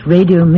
Radio